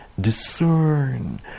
discern